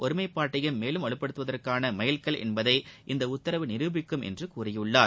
ஒருமைப்பாட்டையும் மேலும் வலுப்படுத்துவதற்கான மைல்கல் என்பதை இந்த உத்தரவு நிரூபிக்கும் என்று கூறியுள்ளார்